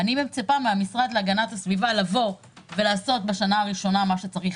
אני מצפה מהמשרד להגנת הסביבה לעשות בשנה הראשונה מה שצריך.